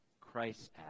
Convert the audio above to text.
Christ